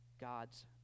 God's